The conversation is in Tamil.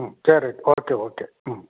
ம் சரி ரைட் ஓகே ஓகே ம்